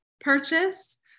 purchase